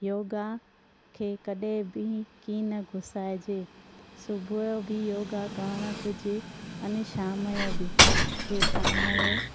योगा खे कॾहिं बि कीन घुसाइजे सुबुह जो बि योगा करणु घुरिजे अने शाम जो बि जे शाम जो